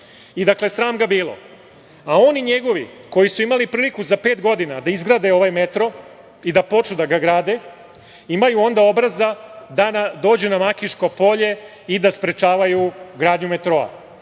Dakle, sram ga bilo! A oni njegovi koji su imali priliku za pet godina da izgrade ovaj metro i da počnu da ga grade imaju onda obraza da dođu na Makiško polje i da sprečavaju gradnju metroa. Inače,